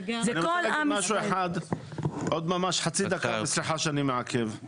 אני רוצה להגיד עוד משהו אחד וסליחה שאני מעכב,